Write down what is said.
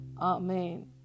Amen